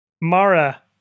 Mara